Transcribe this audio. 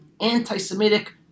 anti-Semitic